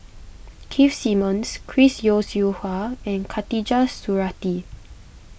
Keith Simmons Chris Yeo Siew Hua and Khatijah Surattee